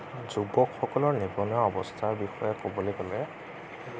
যুৱকসকলৰ নিবনুৱা অৱস্থাৰ বিষয়ে ক'বলৈ গ'লে